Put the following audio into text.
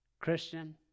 Christian